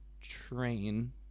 train